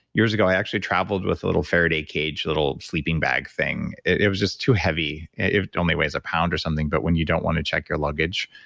years ago, i actually traveled with a little faraday cage, little sleeping bag thing. it was just too heavy. it only weighs a pound or something, but when you don't want to check your luggage,